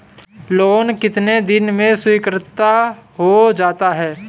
Loan कितने दिन में स्वीकृत हो जाता है?